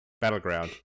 Battleground